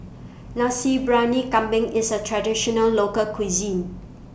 Nasi Briyani Kambing IS A Traditional Local Cuisine